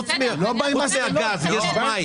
חוץ מהגז יש מים,